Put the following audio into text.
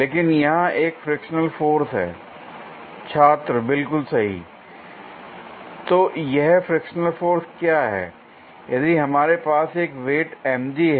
लेकिन यहां एक फ्रिक्शनल फोर्स है l छात्र बिल्कुल सही तो यह फ्रिक्शनल फोर्स क्या है यदि हमारे पास एक वेट mg है